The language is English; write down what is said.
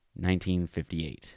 1958